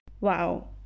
wow